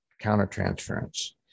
counter-transference